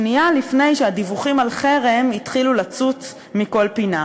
שנייה לפני שהדיווחים על חרם התחילו לצוץ מכל פינה.